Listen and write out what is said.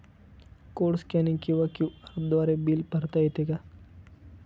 Code scanning किंवा QR द्वारे bill भरता येते का?